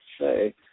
say